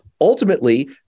ultimately